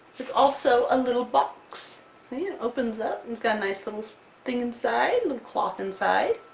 it's also a little box! see? it opens up, it's got a nice little thing inside, little cloth inside.